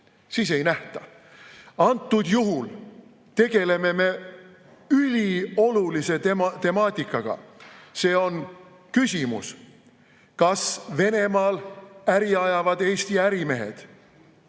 siis ei nähta. Antud juhul tegeleme me üliolulise temaatikaga. See on küsimus, kas Venemaal äri ajavad Eesti ärimehed,